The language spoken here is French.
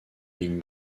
lignes